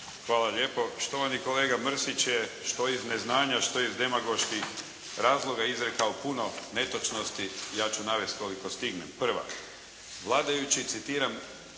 Hvala lijepo. Štovani kolega Mrsić je, što iz neznanja, što iz demagoških razloga izrekao puno netočnosti, ja ću navesti koliko stignem. Prva. Vladajući, citiram,